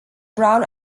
brown